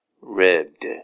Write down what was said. ribbed